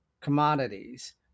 commodities